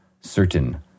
certain